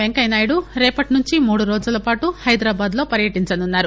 వెంకయ్యనాయుడు రేపటి నుంచి మూడు రోజులపాటు హైదరాబాద్లో పర్యటించనున్నారు